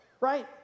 right